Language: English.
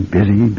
Busy